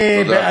תודה.